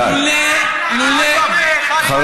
אדוני היושב-ראש.